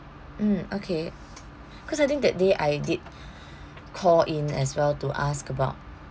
mm okay cause I think that day I did call in as well to ask about